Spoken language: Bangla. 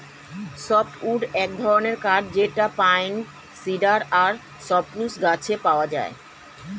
সফ্ট উড এক ধরনের কাঠ যেটা পাইন, সিডার আর সপ্রুস গাছে পাওয়া যায়